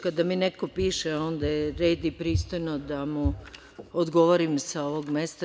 Kada mi neko piše onda je red i pristojno da mu odgovorim sa ovog mesta.